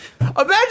Imagine